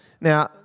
Now